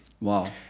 Wow